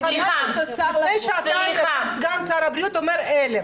לפני שעתיים ישב סגן שר הבריאות ואמר 1,000,